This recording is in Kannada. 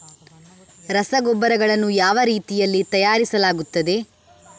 ರಸಗೊಬ್ಬರಗಳನ್ನು ಯಾವ ರೀತಿಯಲ್ಲಿ ತಯಾರಿಸಲಾಗುತ್ತದೆ?